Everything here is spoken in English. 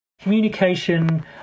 Communication